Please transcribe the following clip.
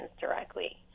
directly